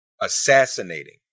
assassinating